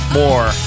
more